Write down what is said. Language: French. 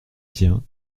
tient